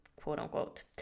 quote-unquote